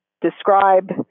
describe